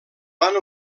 van